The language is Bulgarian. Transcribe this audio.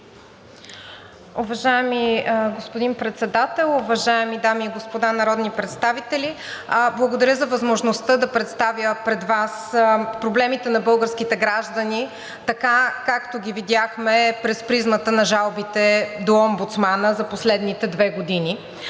Уважаеми господин Председател, уважаеми дами и господа народни представители! Благодаря за възможността да представя пред Вас проблемите на българските граждани така, както ги видяхме през призмата на жалбите до омбудсмана за последните две години.